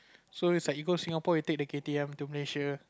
so is like you go Singapore you take the K_T_M to Malaysia